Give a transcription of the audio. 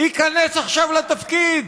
ייכנס עכשיו לתפקיד: